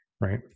right